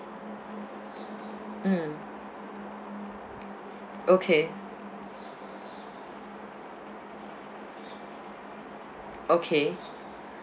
mm okay okay